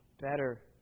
better